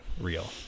real